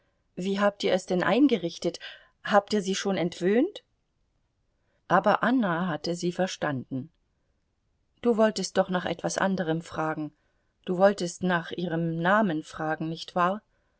wie habt ihr es denn eingerichtet habt ihr sie schon entwöhnt aber anna hatte sie verstanden du wolltest doch nach etwas anderem fragen du wolltest nach ihrem namen fragen nicht wahr